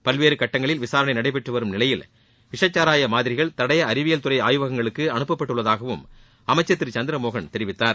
பல்வேறு கட்டங்களில் விசாரணை நடைபெற்று வரும் நிலையில் விஷச்சாராய மாதிரிகள் தடய அறிவியல்துறை ஆய்வகங்களுக்கு அனுப்பப்பட்டுள்ளதாகவும் அமைச்சர் திரு சந்திரமோகன் தெரிவித்தார்